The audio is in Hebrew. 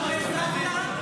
אני אשמח.